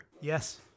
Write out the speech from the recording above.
Yes